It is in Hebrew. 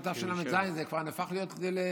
77', תשל"ז, זה כבר נהפך להיות למעצמות.